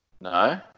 No